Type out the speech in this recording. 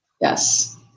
yes